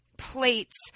Plates